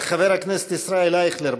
חבר הכנסת ישראל אייכלר,